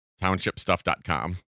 townshipstuff.com